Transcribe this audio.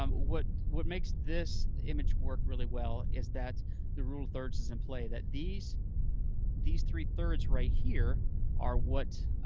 um what what makes this image work really well is that the rule of thirds is in play. that these these three thirds right here are what